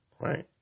right